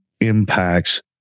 impacts